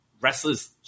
wrestlers